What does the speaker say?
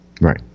Right